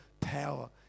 power